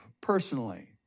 personally